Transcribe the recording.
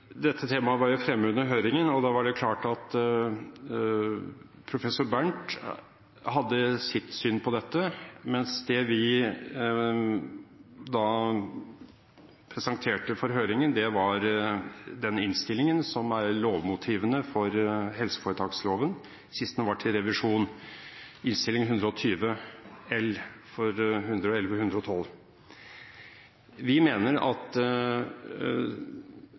Dette temaet var fremme under høringen, og det var klart at professor Bernt hadde sitt syn på dette, mens det vi presenterte under høringen, var den proposisjonen som var lovmotivet for helseforetaksloven sist den var til revisjon, Prop. 120 L for 2011–2012. Vi mener at